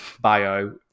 bio